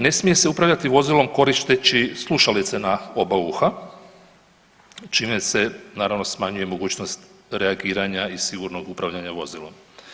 Ne smije se upravljati vozilom koristeći slušalice na oba uha čime se naravno smanjuje mogućnost reagiranja i sigurnog upravljanja vozilom.